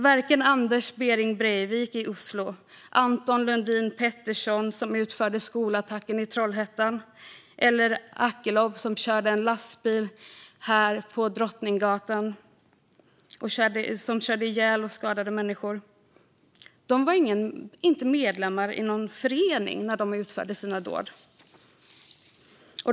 Varken Anders Behring Breivik i Oslo, Anton Lundin Pettersson, som utförde skolattacken i Trollhättan, eller Akilov, som körde ihjäl och skadade människor med en lastbil här på Drottninggatan, var medlem i någon förening när de utförde sina dåd.